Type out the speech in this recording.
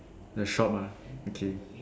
the shop ah okay